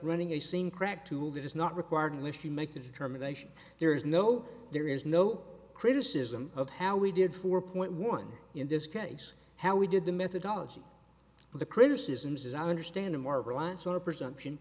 running a scene correct tool that is not required english to make the determination there is no there is no criticism of how we did four point one in this case how we did the methodology the criticisms as i understand it more reliance on a presumption